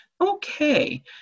Okay